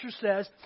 says